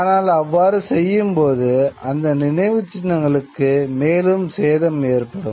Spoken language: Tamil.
ஆனால் அவ்வாறு செய்யும்போது அந்த நினைவுச் சின்னங்களுக்கு மேலும் சேதம் ஏற்படும்